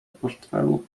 portfelu